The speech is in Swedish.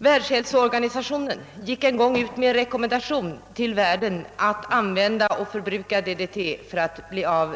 Världshälsoorganisationen sände en gång ut en rekommendation till världens länder att använda DDT för att motverka malarians spridning.